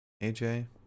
AJ